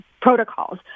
protocols